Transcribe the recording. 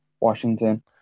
Washington